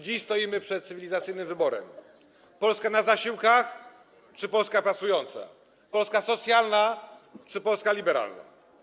Dziś stoimy przed cywilizacyjnym wyborem: Polska na zasiłkach czy Polska pracująca, Polska socjalna czy Polska liberalna.